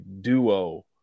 duo